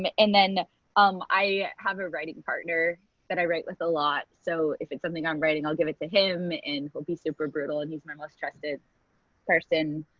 um and then um, i have a writing partner that i write with a lot. so if it's something i'm writing i'll give it to him and he'll be super brutal and he's my most trusted person,